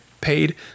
paid